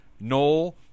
Noel